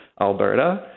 Alberta